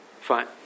Fine